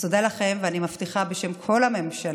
אז תודה לכם, ואני מבטיחה, בשם כל הממשלה,